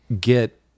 get